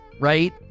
right